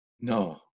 No